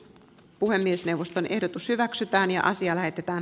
puhemiesneuvoston ehdotus hyväksytään ja asia lähetetään